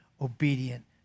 obedient